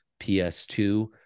PS2